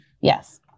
Yes